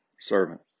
servant